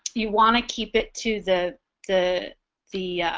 you want to keep it to the the the